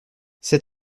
ses